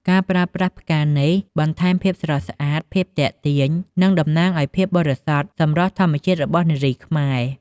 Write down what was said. ការប្រើប្រាស់ផ្កានេះបន្ថែមភាពស្រស់ស្អាត ភាពទាក់ទាញ និងតំណាងឱ្យភាពបរិសុទ្ធ សម្រស់ធម្មជាតិរបស់នារីខ្មែរ។